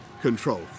control